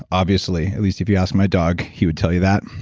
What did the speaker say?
obviously. at least if you ask my dog, he would tell you that.